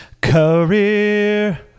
career